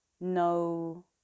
No